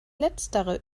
letztere